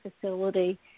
facility